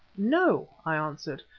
no! i answered,